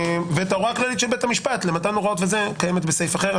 ההוראה הכללית של בית המשפט למתן הוראות וכו' קיימת בסעיף אחר,